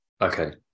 okay